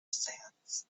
sands